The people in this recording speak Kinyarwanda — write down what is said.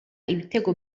ibitego